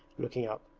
looking up.